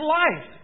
life